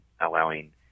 allowing